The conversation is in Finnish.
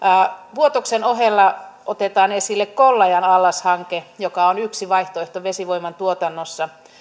vuotoksen ohella otetaan esille kollajan allashanke joka on yksi vaihtoehto vesivoiman tuotannossa